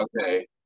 okay